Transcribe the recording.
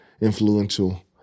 influential